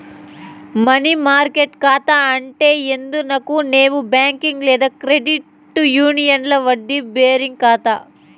money market కాతా అంటే ఏందనుకునేవు బ్యాంక్ లేదా క్రెడిట్ యూనియన్ల వడ్డీ బేరింగ్ కాతా